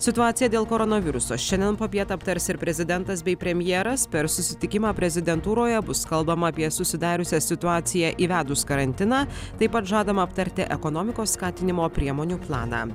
situaciją dėl koronaviruso šiandien popiet aptars ir prezidentas bei premjeras per susitikimą prezidentūroje bus kalbama apie susidariusią situaciją įvedus karantiną taip pat žadama aptarti ekonomikos skatinimo priemonių planą